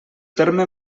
terme